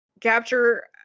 capture